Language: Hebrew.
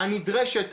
הנדרשת,